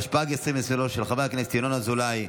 התשפ"ג 2023, של חבר הכנסת ינון אזולאי.